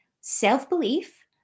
self-belief